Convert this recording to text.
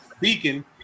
Beacon